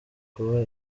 kuba